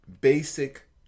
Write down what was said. basic